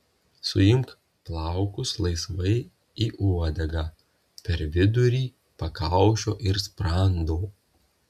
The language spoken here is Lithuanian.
suimk plaukus laisvai į uodegą per vidurį pakaušio ir sprando